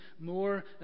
more